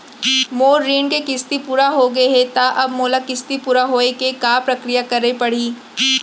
मोर ऋण के किस्ती पूरा होगे हे ता अब मोला किस्ती पूरा होए के का प्रक्रिया करे पड़ही?